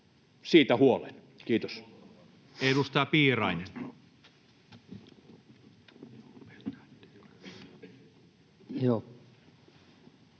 siitä huolen. — Kiitos. Edustaja Piirainen.